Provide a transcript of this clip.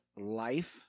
life